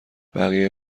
بقیه